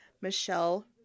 Michelle